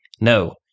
No